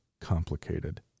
complicated